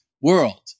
world